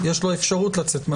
יש לו אפשרות לצאת מהדיוור.